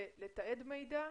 לתעד מידע,